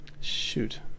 Shoot